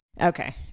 Okay